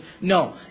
No